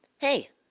Hey